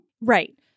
right